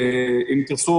אם תרצו,